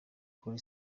kuri